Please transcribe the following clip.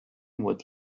would